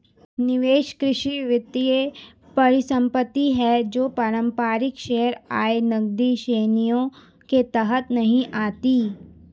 निवेश कोष वित्तीय परिसंपत्ति है जो पारंपरिक शेयर, आय, नकदी श्रेणियों के तहत नहीं आती